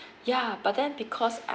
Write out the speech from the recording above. ya but then because